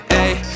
ayy